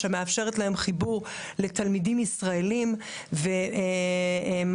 שמאפשרת להם חיבור לתלמידים ישראליים ומתחילה